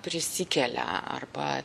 prisikelia arba